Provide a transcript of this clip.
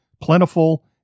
plentiful